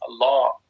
Allah